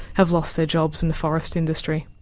have lost their jobs in the forest industry.